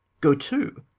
go to,